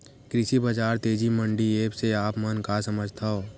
कृषि बजार तेजी मंडी एप्प से आप मन का समझथव?